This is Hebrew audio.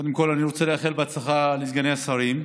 קודם כול אני רוצה לאחל הצלחה לסגני השרים.